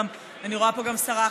אני רואה פה גם שרה אחת,